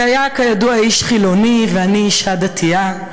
שהיה כידוע איש חילוני, ואני אישה דתייה,